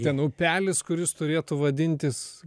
ten upelis kuris turėtų vadintis